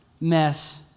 mess